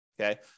Okay